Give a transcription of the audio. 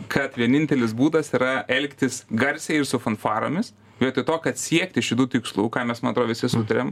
kad vienintelis būdas yra elgtis garsiai ir su fanfaromis vietoj to kad siekti šitų tikslų ką mes man atro visi sutarėm